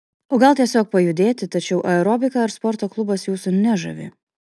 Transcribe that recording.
o gal tiesiog pajudėti tačiau aerobika ar sporto klubas jūsų nežavi